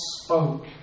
spoke